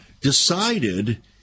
decided